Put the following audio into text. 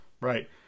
Right